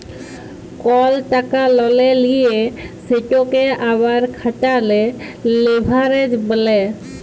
call টাকা ললে লিঁয়ে সেটকে আবার খাটালে লেভারেজ ব্যলে